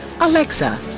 Alexa